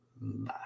Bye